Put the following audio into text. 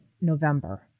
November